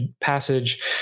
passage